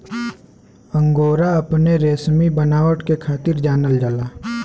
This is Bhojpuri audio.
अंगोरा अपने रेसमी बनावट के खातिर जानल जाला